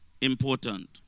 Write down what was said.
important